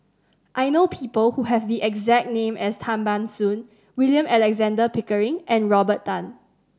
I know people who have the exact name as Tan Ban Soon William Alexander Pickering and Robert Tan